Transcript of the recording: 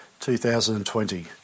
2020